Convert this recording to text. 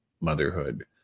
motherhood